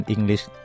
English